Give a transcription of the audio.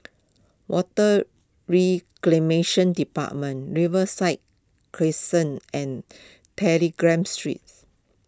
Water Reclamation Department Riverside Crescent and telegram Streets